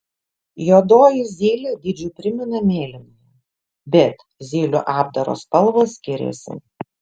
juodoji zylė dydžiu primena mėlynąją bet zylių apdaro spalvos skiriasi